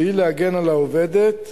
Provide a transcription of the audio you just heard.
שהיא להגן על עובדת,